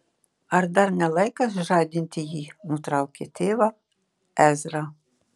ar dar ne laikas žadinti jį nutraukė tėvą ezra